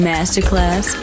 Masterclass